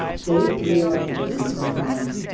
day three of us working from home,